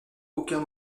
aucun